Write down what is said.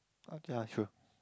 what can I ask you